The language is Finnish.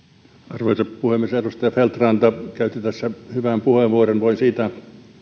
arvoisa puhemies edustaja feldt ranta käytti tässä hyvän puheenvuoron voin siitä